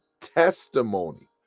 testimony